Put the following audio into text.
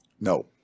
No